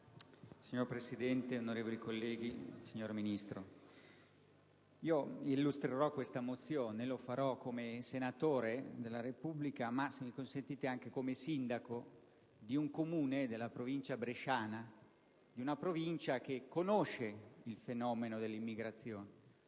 Signor Presidente, onorevoli colleghi, signor Ministro, illustrerò questa mozione come senatore della Repubblica, ma anche - se mi è consentito - come sindaco di un Comune della provincia bresciana, una provincia che purtroppo conosce il fenomeno dell'immigrazione.